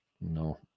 No